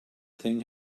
thing